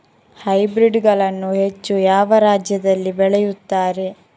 Hybrid ಗಳನ್ನು ಹೆಚ್ಚು ಯಾವ ರಾಜ್ಯದಲ್ಲಿ ಬೆಳೆಯುತ್ತಾರೆ?